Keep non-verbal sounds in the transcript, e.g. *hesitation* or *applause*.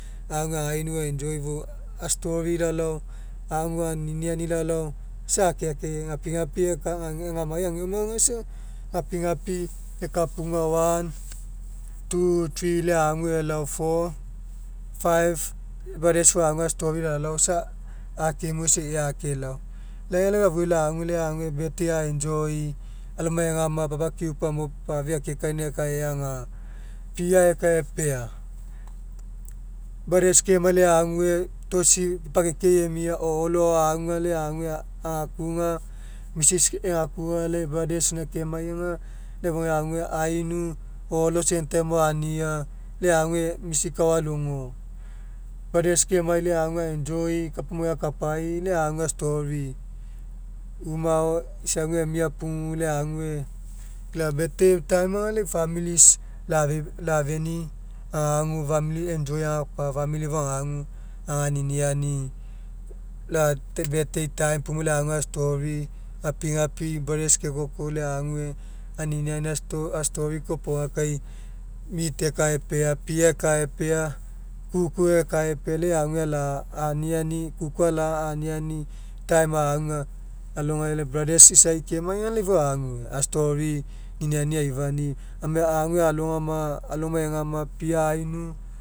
Lai agu againu a'enjoy a'story lao lao agu aniniani lalao isa akeake gapigapi kapa gamai ageoma isa gapigapi ekapuga one two three ague elao four five brothers fou ague a'story laolao isa agemue isa ea akelao lai lau afia lague lai ague birthday a'enjoy alomai egama barbeque gamo pafi ake kainai ekae eaga pia ekae epea brothers kemai lai ague tosisi ipakeke emia o'olo auga lai ague agakuga mrs egakuga lai brothers gaina kemai aga lai fofougai ague ainu o'olo same time mo ania lai ague music ao alogo brothers kemai lai ague a'enjoy kapa maoai akapai lai ague a'story uma ao isauga emia pugu lai ague lai birthday time aga lai familis *hesitation* lafeni'i agagu famili enjoy agakapa famili fou agagu aganiani lai happy birthday time puo lai agagu a'story gapigapi brothers kekoko lai agagu a'story kopoga kai meat ekae epea pia ekae epea kuku ekae epea lai ague ala'a aniani kuku ala'a aniani time auga alogai lai brothers isai kemai aga fou agagu a'story niniani aifani amai ague a'alogama alomai egama pia ainu